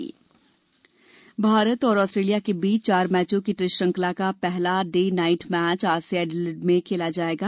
cricket Bharat और Australia के बीच चार मैचों की टेस्ट श्रृंखला का पहला डे नाइट मैच आज से एडिलेड में खेला जाएगा